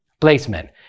placement